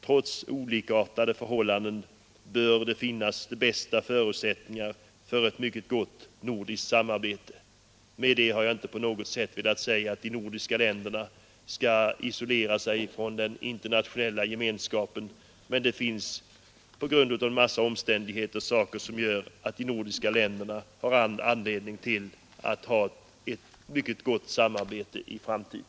Trots olikartade förhållanden bör det finnas de bästa förutsättningar för ett mycket gott nordiskt samarbete. Med det har jag inte på något sätt velat säga att de nordiska länderna skall isolera sig från den internationella gemenskapen. Men det finns på grund av en massa omständigheter saker som gör att de nordiska länderna har all anledning till att ha ett mycket gott samarbete i framtiden.